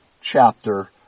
chapter